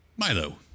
Milo